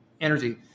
energy